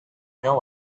know